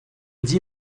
dit